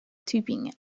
tübingen